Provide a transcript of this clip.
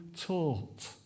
taught